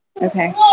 Okay